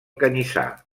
canyissar